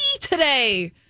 today